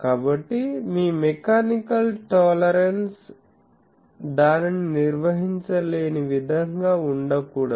కాబట్టి మీ mechanical tolerance దానిని నిర్వహించలేని విధంగా ఉండకూడదు